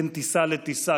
בין טיסה לטיסה,